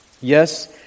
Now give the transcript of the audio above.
Yes